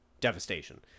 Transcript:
devastation